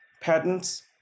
patents